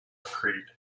creed